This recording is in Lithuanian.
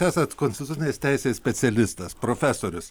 esat konstitucinės teisės specialistas profesorius